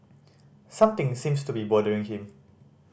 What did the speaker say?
something seems to be bothering him